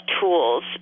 tools